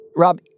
Rob